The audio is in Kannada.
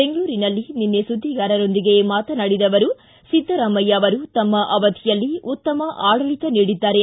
ಬೆಂಗಳೂರಿನಲ್ಲಿ ನಿನ್ನೆ ಸುದ್ದಿಗಾರರೊಂದಿಗೆ ಮಾತನಾಡಿದ ಅವರು ಸಿದ್ದರಾಮಯ್ಯ ಅವರು ತಮ್ಮ ಅವಧಿಯಲ್ಲಿ ಉತ್ತಮ ಆಡಳಿತ ನೀಡಿದ್ದಾರೆ